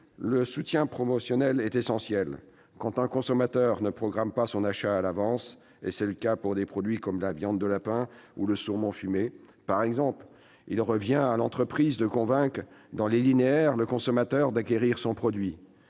le soutien promotionnel est essentiel. Quand un consommateur ne programme pas son achat à l'avance- c'est le cas pour des produits comme la viande de lapin ou le saumon fumé -, il revient à l'industriel de le convaincre, dans les linéaires, d'acquérir son produit